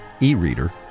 e-reader